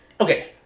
okay